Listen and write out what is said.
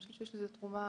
אני חושבת שזאת תרומה.